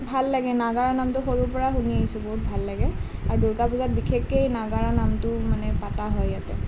ভাল লাগে নাগাৰা নামটো সৰুৰ পৰা শুনি আহিছোঁ বহুত ভাল লাগে আৰু দুৰ্গা পূজাত বিশেষকৈ নাগাৰা নামটো মানে পাতা হয় ইয়াতে